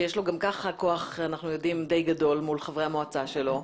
שגם כך יש לו כוח די גדול מול חברי המועצה שלו,